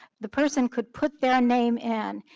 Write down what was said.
the person could put their name in,